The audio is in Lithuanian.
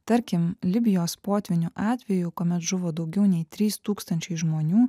tarkim libijos potvynio atveju kuomet žuvo daugiau nei trys tūkstančiai žmonių